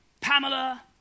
Pamela